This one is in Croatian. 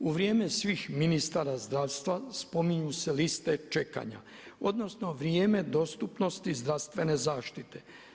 U vrijeme svih ministara zdravstva spominju se liste čekanja, odnosno vrijeme dostupnosti zdravstvene zaštite.